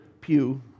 pew